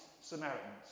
Samaritans